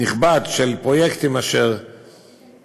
נכבד של פרויקטים, אשר